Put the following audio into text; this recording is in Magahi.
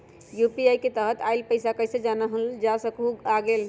यू.पी.आई के तहत आइल पैसा कईसे जानल जा सकहु की आ गेल?